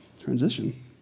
transition